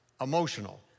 emotional